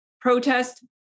protest